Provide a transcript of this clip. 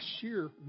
sheer